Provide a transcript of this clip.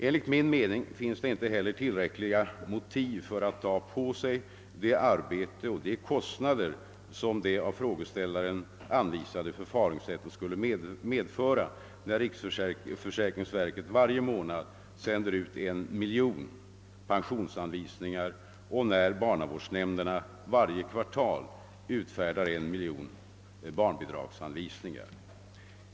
Enligt min mening finns det inte heller tillräckliga motiv för att ta på sig det arbete och de kostnader som det av frågeställaren anvisade förfaringssättet skulle medföra när riksförsäkringsverket varje månad sänder ut en miljon pensionsanvisningar och när barnavårdsnämnderna varje kvartal utfärdar en miljon barnbidragsanvisningar.